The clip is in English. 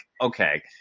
okay